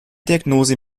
diagnose